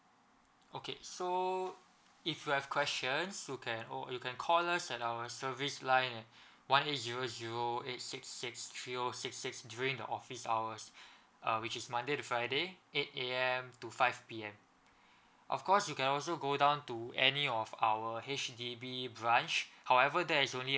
okay so if you have questions you can on~ you can call us at our service line one eight zero zero eight six six three O six six during the office hours uh which is monday to friday eight A_M to five P_M of course you can also go down to any of our H_D_B branch however there is only